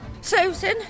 Susan